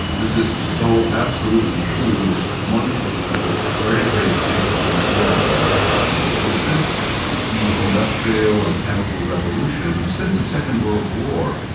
this is so absolutely true, it's one of the very, very big concerns that i have. and so since the industrial and chemical revolutions, since the second world war,